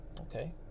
Okay